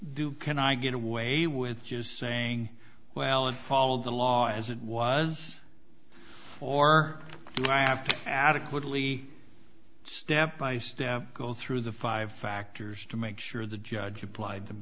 do can i get away with just saying well and follow the law as it was or do i have to adequately step by step go through the five factors to make sure the judge applied them